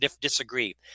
disagree